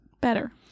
Better